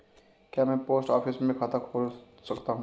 क्या मैं post office में खाता खोल सकता हूँ?